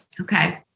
Okay